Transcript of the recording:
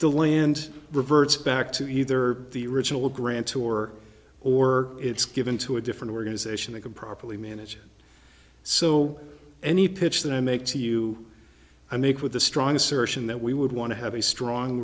the land reverts back to either the original grant to war or it's given to a different organization that could properly manage so any pitch that i make to you i make with the strong assertion that we would want to have a strong